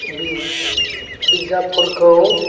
बिजाबफोरखौ